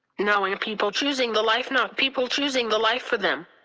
knowing people choosing the life not people choosing the life for them.